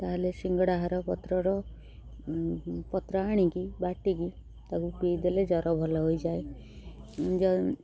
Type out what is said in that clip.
ତାହେଲେ ସିଙ୍ଗଡ଼ାହାର ପତ୍ରର ପତ୍ର ଆଣିକି ବାଟିକି ତାକୁ ପିଇଦେଲେ ଜ୍ୱର ଭଲ ହୋଇଯାଏ